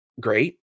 great